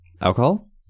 Alcohol